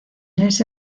ese